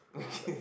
okay